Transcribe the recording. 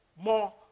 more